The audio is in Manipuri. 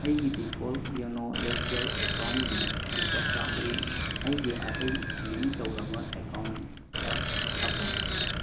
ꯑꯩꯒꯤ ꯗꯤꯐꯣꯜ ꯌꯣꯅꯣ ꯑꯦꯁ ꯕꯤ ꯑꯥꯏ ꯑꯦꯀꯥꯎꯟꯒꯤ ꯂꯨꯄꯥ ꯆꯥꯝꯃꯔꯤ ꯑꯩꯒꯤ ꯑꯇꯩ ꯂꯤꯡꯛ ꯇꯧꯔꯕ ꯑꯦꯀꯥꯎꯟꯇ ꯊꯥꯈꯣ